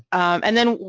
and then,